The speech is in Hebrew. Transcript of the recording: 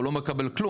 הוא גם לא מקבל כלום,